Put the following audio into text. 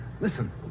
Listen